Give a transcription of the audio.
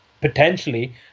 potentially